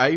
આઈ